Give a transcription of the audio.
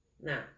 Now